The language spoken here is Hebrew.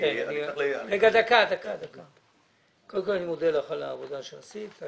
מודה לך על העבודה שעשית.